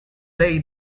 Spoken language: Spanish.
ley